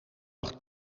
nog